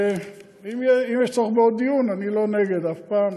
אם יש צורך בעוד דיון, אני לא נגד אף פעם.